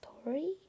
story